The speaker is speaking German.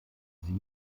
sie